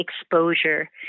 exposure